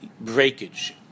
breakage